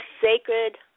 sacred